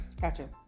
Gotcha